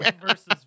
versus